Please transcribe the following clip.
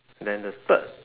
then the third